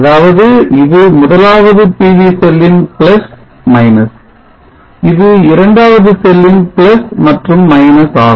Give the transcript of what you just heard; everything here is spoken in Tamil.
ஆகவே இது முதலாவது PV செல்லின் இது இரண்டாவது செல்லின் மற்றும் ஆகும்